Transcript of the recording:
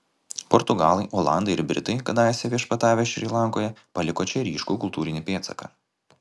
portugalai olandai ir britai kadaise viešpatavę šri lankoje paliko čia ryškų kultūrinį pėdsaką